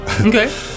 okay